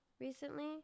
recently